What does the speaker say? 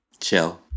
Chill